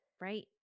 right